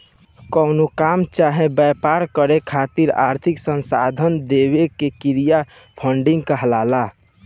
कवनो काम चाहे व्यापार करे खातिर आर्थिक संसाधन देवे के क्रिया फंडिंग कहलाला